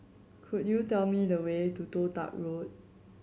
could you tell me the way to Toh Tuck Road